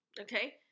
okay